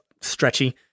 stretchy